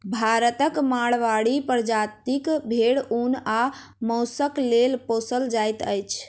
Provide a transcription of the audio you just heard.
भारतक माड़वाड़ी प्रजातिक भेंड़ ऊन आ मौंसक लेल पोसल जाइत अछि